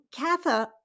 Katha